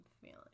feeling